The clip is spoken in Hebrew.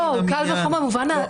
לא, הקל וחומר במובן,